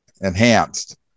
enhanced